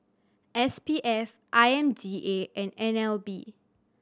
S P F I M D A and N L B